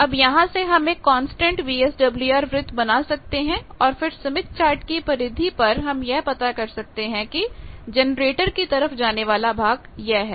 अब यहां से हम एक कांस्टेंट VSWR वृत्त बना सकते हैं और फिर स्मिथ चार्ट की परिधि पर हम यह पता कर सकते हैं कि जनरेटर की तरफ जाने वाला भाग यह है